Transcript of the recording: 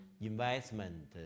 investment